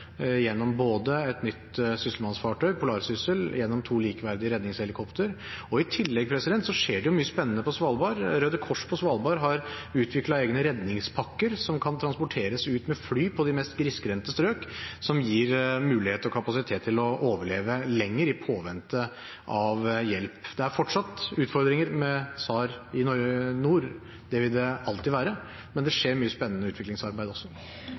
gjennom både et nytt sysselmannsfartøy, «Polarsyssel», og gjennom to likeverdige redningshelikoptre. I tillegg skjer det mye spennende på Svalbard. Røde Kors på Svalbard har utviklet egne redningspakker som kan transporteres ut med fly i de mest grisgrendte strøk, noe som gir mulighet for og kapasitet til å overleve lenger i påvente av hjelp. Det er fortsatt utfordringer med SAR, søk og redning i nord. Det vil det alltid være, men det skjer mye spennende utviklingsarbeid også.